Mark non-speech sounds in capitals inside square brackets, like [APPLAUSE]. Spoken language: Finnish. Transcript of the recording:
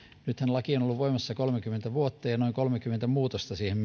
nythän laki on ollut voimassa kolmekymmentä vuotta ja noin kolmekymmentä muutosta siihen [UNINTELLIGIBLE]